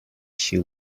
she